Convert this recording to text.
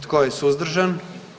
Tko je suzdržan?